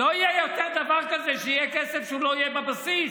לא יהיה יותר דבר כזה שיהיה כסף שהוא לא יהיה בבסיס.